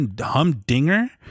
humdinger